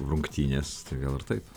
rungtynės tai gal ir taip